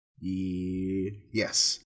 yes